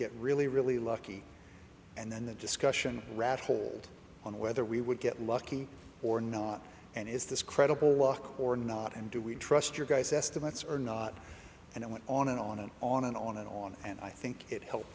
get really really lucky and then the discussion rat hole on whether we would get lucky or not and is this credible luck or not and do we trust your guys estimates or not and it went on and on and on and on and on and i think it helped